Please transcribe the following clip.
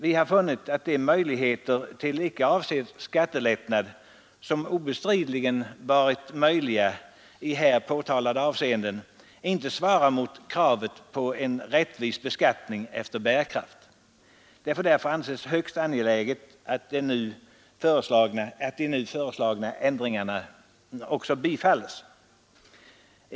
Vi har funnit att de möjligheter till icke avsedd skattelättnad som nu obestridligen finns inte svarar mot kravet på en rättvis beskattning efter bärkraft. Det får därför anses högst angeläget att de i propositionen föreslagna ändringarna bifalles.